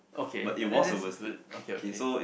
okay that's that's that's good okay okay